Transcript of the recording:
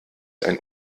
ein